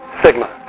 sigma